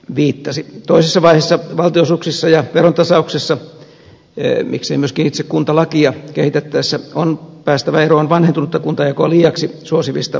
toisessa vaiheessa valtionosuuksissa ja veron tasauksissa miksei myöskin itse kuntalakia kehitettäessä on päästävä eroon vanhentunutta kuntajakoa liiaksi suosivista erityissäännöksistä